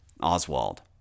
Oswald